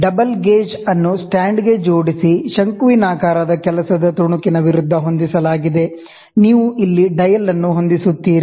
dial gauge ಅನ್ನು ಸ್ಟ್ಯಾಂಡ್ಗೆ ಜೋಡಿಸಿ ಕೊನಿಕಲ್ ವರ್ಕ್ ಪೀಸ್ ನ ವಿರುದ್ಧ ಹೊಂದಿಸಲಾಗಿದೆ ನೀವು ಇಲ್ಲಿ ಡಯಲ್ ಅನ್ನು ಹೊಂದಿಸುತ್ತೀರಿ